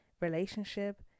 relationship